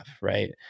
Right